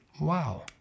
Wow